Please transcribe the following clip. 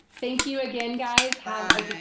thank you again guys